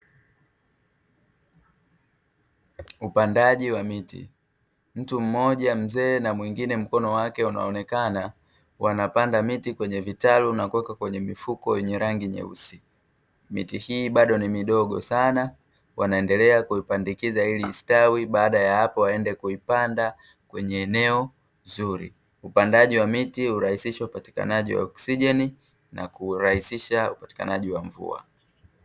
Upandaji wa miti, mtu mmoja mzee na mwingine mkono wake unaonekana wanapanda miti kwenye vitalu na kuweka kwenye mifuko yenye rangi nyeusi, miti hii bado ni midogo sana wanaendelea kuipandikiza ili ustawi baada ya hapo waende kuipanda kwenye eneo zuri, upandaji wa miti ya uraisishwa upatikanaji wa oksijeni na kurahisisha upatikanaji wa mvua.